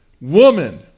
Woman